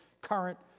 current